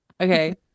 Okay